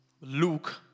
Luke